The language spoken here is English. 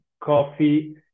coffee